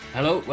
Hello